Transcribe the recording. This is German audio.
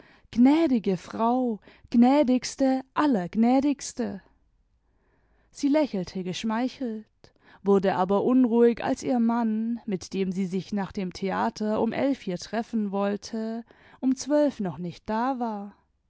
gnädige fraul gnädigste auergnädigstel sie lächelte geschmeichelt wurde aber unruhig als ihr mann mit dem sie sich nach dem theater um elf hier treffen wollte um zwölf noch nicht da war